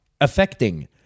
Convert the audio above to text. affecting